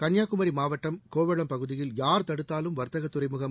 கன்ளியாகுமரி மாவட்டம் கோவளம் பகுதியில் யார் தடுத்தாலும் வர்த்தக துறைமுகம்